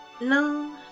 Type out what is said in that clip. No